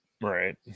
right